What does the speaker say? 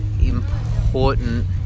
important